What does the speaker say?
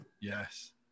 Yes